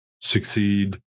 Succeed